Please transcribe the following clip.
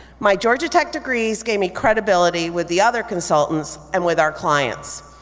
my georgia tech degrees gave me credibility with the other consultants and with our clients.